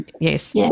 Yes